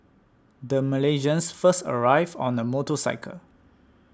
the Malaysians first arrived on a motorcycle